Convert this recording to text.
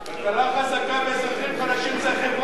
כלכלה חזקה ואזרחים חלשים זה חברת,